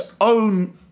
own